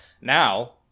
Now